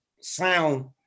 sound